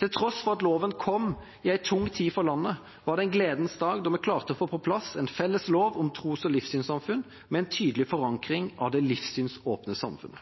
Til tross for at loven kom i en tung tid for landet, var det en gledens dag da vi klarte å få på plass en felles lov om tros- og livssynssamfunn med en tydelig forankring av det livssynsåpne samfunnet.